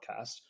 podcast